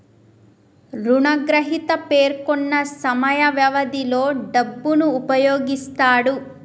రుణగ్రహీత పేర్కొన్న సమయ వ్యవధిలో డబ్బును ఉపయోగిస్తాడు